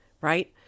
right